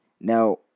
Now